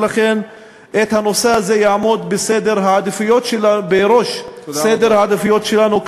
ולכן הנושא הזה יעמוד בראש בסדר העדיפויות שלנו,